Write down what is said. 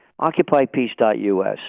occupypeace.us